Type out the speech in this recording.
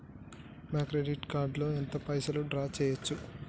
నా credit card లో ఎంత పైసల్ డ్రా చేయచ్చు?